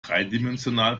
dreidimensional